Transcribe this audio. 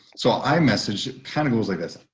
so i messaged it kind of goes like this.